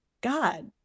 God